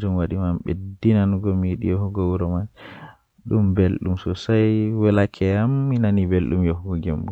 ndaarnde, sabu mi haɗi no waawugol.